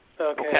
Okay